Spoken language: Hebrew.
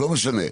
לא משנה.